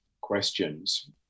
questions